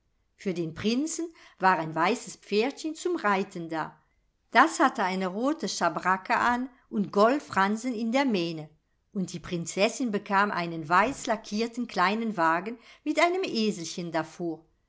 für den prinzen war ein weißes pferdchen zum reiten da das hatte eine rote schabracke an und goldfransen in der mähne und die prinzessin bekam einen weiß lackierten kleinen wagen mit einem eselchen